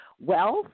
wealth